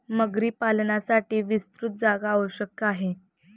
मगरी पालनासाठी विस्तृत जागा आवश्यक आहे